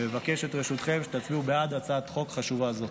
ואבקש ברשותכם שתצביעו בעד הצעת חוק חשובה זו.